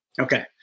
Okay